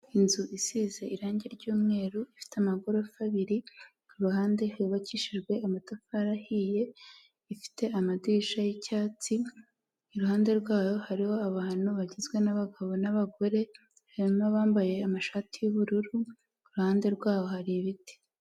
Inzu isize irangi ry'umweru, ifite amagorofa abiri, ku ruhande yubakishijwe amatafari ahiye, ifite amadirishya y'icyatsi, iruhande rwayo hariho abantu bagizwe n'abagabo n'abagore, harimo abambaye amashati y'ubururu, ku ruhande rwabo hari ibiti.